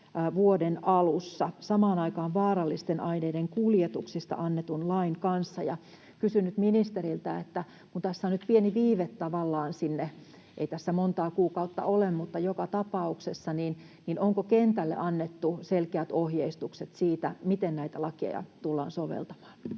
vuoden 23 alussa samaan aikaan vaarallisten aineiden kuljetuksesta annetun lain kanssa. Ja kysyn nyt ministeriltä: kun tässä on nyt pieni viive tavallaan sinne — ei tässä montaa kuukautta ole, mutta joka tapauksessa — niin onko kentälle annettu selkeät ohjeistukset siitä, miten näitä lakeja tullaan soveltamaan?